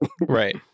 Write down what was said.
Right